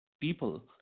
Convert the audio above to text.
people